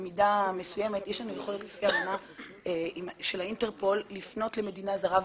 אנחנו יכולים לפי האמנה של האינטרפול לפנות למדינה זרה ולברר.